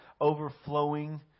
overflowing